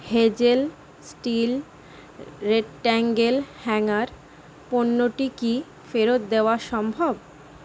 hazel steel rectangle hanger পণ্যটি কি ফেরত দেওয়া সম্ভব